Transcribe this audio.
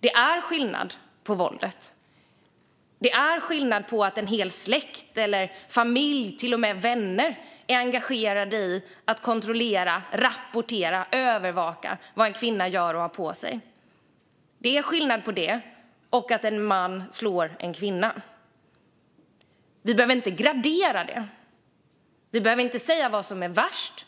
Det är skillnad på våldet. Det är skillnad mellan å ena sidan att en hel släkt eller familj och till och med vänner är engagerade i att kontrollera, rapportera och övervaka vad en kvinna gör och har på sig och å andra sidan att en man slår en kvinna. Vi behöver inte gradera det. Vi behöver inte säga vad som är värst.